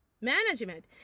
Management